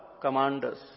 commanders